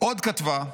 "עוד כתבה,